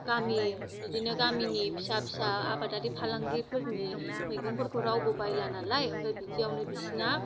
गामि बिदिनो गामिनि फिसा फिसा आबादारि फालांगिफोरनि मैगंफोरखौ रावबो बायला नालाय ओमफाय बिदियावनो बिसिना